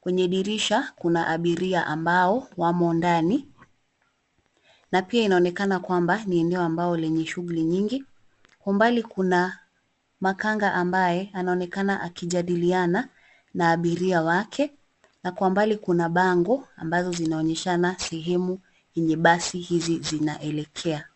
Kwenye dirisha, kuna abiria ambao wamo ndani na pia inaonekana kwamba ni eneo ambao yenye shughuli nyingi. Kwa umbali kuna makanga ambaye anaonekana akijandiliana na abiria wake na kwa umbali kuna bango ambazo zinaonyeshana sehemu kwenye basi hizi zinaelekea.